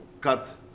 cut